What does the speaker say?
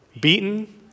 beaten